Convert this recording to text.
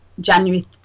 January